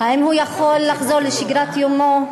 האם הוא יכול לחזור לשגרת יומו?